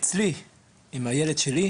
האם הוא מסוגל להביע מילים בודדות,